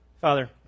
Father